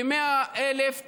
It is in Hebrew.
כ-100,000 תושבים,